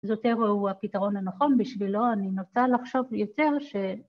‫זאת אירועו הפתרון הנכון בשבילו, ‫אני רוצה לחשוב יותר ש...